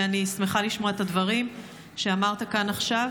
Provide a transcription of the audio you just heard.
ואני שמחה לשמוע את הדברים שאמרת כאן עכשיו.